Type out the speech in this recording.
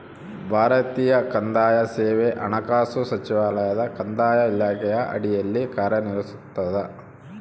ಭಾರತೀಯ ಕಂದಾಯ ಸೇವೆ ಹಣಕಾಸು ಸಚಿವಾಲಯದ ಕಂದಾಯ ಇಲಾಖೆಯ ಅಡಿಯಲ್ಲಿ ಕಾರ್ಯನಿರ್ವಹಿಸ್ತದ